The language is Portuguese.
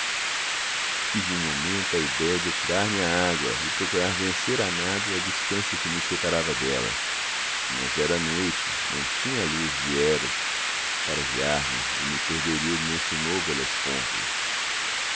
tive um momento a idéia de atirar-me à água e procurar vencer a nado a distância que me separava dela mas era noite não tinha a luz de hero para guiar me e me perderia nesse novo